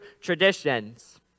traditions